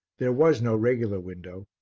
there was no regular window,